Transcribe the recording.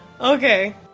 Okay